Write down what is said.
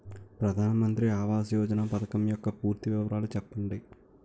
ప్రధాన మంత్రి ఆవాస్ యోజన పథకం యెక్క పూర్తి వివరాలు చెప్పండి?